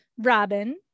Robin